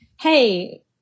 Hey